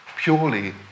purely